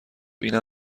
اینم